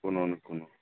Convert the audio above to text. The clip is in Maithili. कोनो ने कोनो